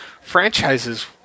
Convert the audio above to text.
Franchises